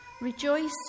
Rejoice